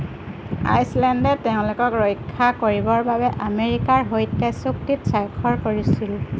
আইচলেণ্ডে তেওঁলোকক ৰক্ষা কৰিবৰ বাবে আমেৰিকাৰ সৈতে চুক্তিত স্বাক্ষৰ কৰিছিল